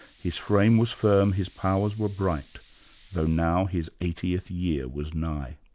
his frame was firm, his powers were bright though now his eightieth year was nigh.